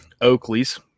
Oakley's